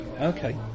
Okay